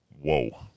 Whoa